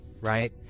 right